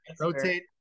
rotate